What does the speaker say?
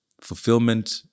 fulfillment